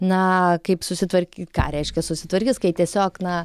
naa kaip susitvark ką reiškia susitvarkis kai tiesiog na